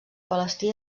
palestí